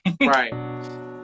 right